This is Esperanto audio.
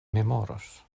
memoros